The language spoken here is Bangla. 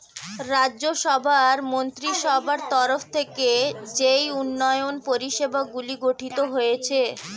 রাজ্য সভার মন্ত্রীসভার তরফ থেকে যেই উন্নয়ন পরিষেবাগুলি গঠিত হয়েছে